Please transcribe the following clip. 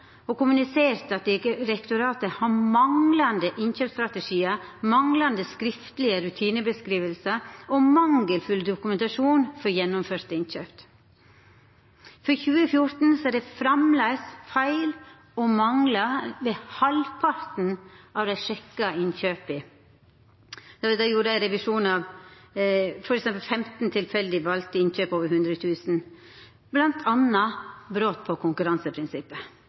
og kommuniserte at direktoratet har manglande innkjøpsstrategiar, manglande skriftlege rutineskildringar og mangelfull dokumentasjon for gjennomførte innkjøp. For 2014 er det framleis feil og manglar ved halvparten av innkjøpa som har vorte sjekka – revisjon av f.eks. 15 tilfeldig valde innkjøp over 100 000 kr – bl.a. brot på konkurranseprinsippet.